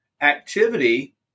activity